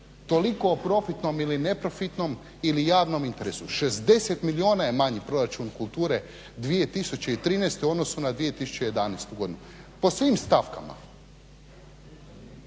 Toliko o profitnom ili neprofitnom ili javnom interesu. 60 milijuna je manji proračun kulture 2013. u odnosu na 2011. godinu po svim stavkama.